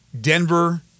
Denver